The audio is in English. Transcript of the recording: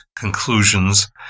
conclusions